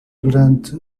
durante